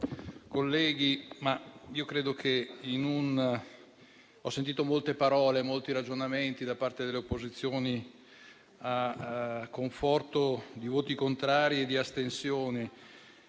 Presidente, ho sentito molte parole e molti ragionamenti da parte delle opposizioni a conforto di voti contrari e di astensione,